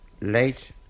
late